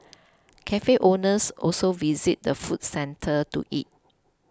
cafe owners also visit the food centre to eat